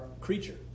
creature